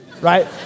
right